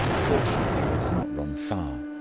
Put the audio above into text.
fortunately we did not run far.